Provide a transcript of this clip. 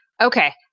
Okay